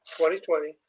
2020